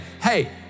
hey